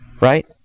right